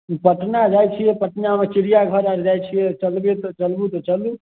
पटना जाइ छियै पटनामे चिड़िआघर आर जाइ छियै चलबै तऽ चलू